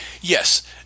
Yes